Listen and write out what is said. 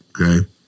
Okay